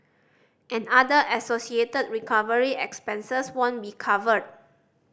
and other associated recovery expenses won't be covered